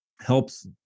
Helps